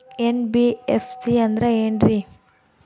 NBFC ಅಂದ್ರ ಏನ್ರೀ?